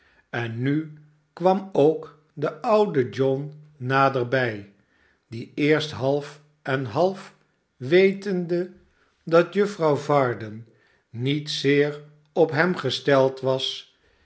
en nu kwam ook de oude john naderbij die eerst half en half wetende dat juffrouw varden niet zeer op hem gesteld was